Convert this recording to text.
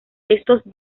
estos